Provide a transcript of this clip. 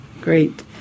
great